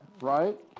right